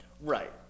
Right